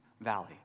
valley